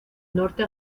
norte